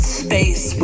space